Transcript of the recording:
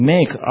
Make